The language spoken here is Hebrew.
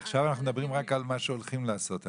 עכשיו אנחנו מדברים רק על מה שעומדים לעשות.